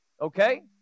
Okay